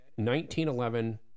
1911